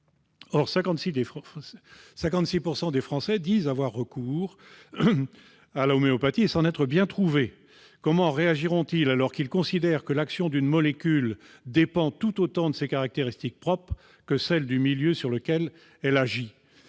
56 % des Français disent avoir eu recours à l'homéopathie et s'en être bien trouvés. Comment réagiront-ils alors qu'ils considèrent que l'action d'une molécule dépend tout autant de ses caractéristiques propres que de celles du milieu sur lequel elle agit ?